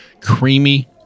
creamy